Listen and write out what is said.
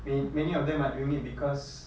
man~ many of them are doing it because